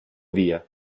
via